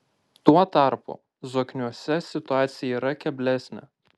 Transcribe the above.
tuo tarpu zokniuose situacija yra keblesnė